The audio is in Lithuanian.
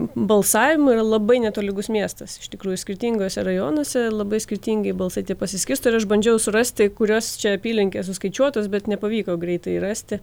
balsavimu yra labai netolygus miestas iš tikrųjų skirtinguose rajonuose labai skirtingai balsai tie pasiskirsto ir aš bandžiau surasti kurios čia apylinkės suskaičiuotos bet nepavyko greitai rasti